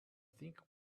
think